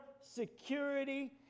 security